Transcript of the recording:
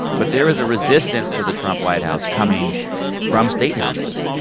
but there is a resistance to the trump white house coming from state houses.